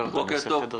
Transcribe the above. בבקשה.